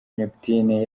neptunez